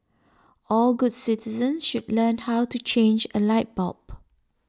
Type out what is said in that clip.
all good citizens should learn how to change a light bulb